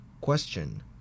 Question